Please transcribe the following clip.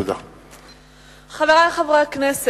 תועבר להכנתה לקריאה שנייה ושלישית לוועדת החוקה,